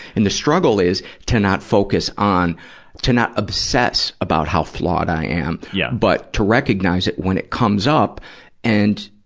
and the struggle is to not focus on and to not obsess about how flawed i am, yeah but to recognize it when it comes up and,